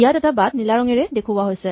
ইয়াত এটা বাট নীলা ৰঙেৰে দেখুওৱা হৈছে